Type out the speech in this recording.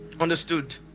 understood